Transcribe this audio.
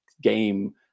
game